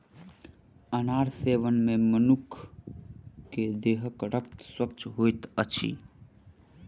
अनार सेवन मे मनुख के देहक रक्त स्वच्छ होइत अछि